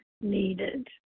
needed